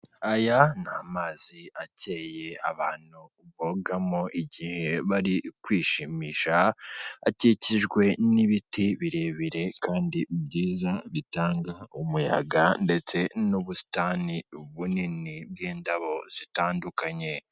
Aya ni amazi akeye abantu bogamo igihe bari kwishimisha; akikijwe n'ibiti birebire kandi byiza bitanga umuyaga ndetse n'ubusitani bunini bw'indabo zitandukanye.